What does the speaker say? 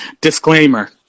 disclaimer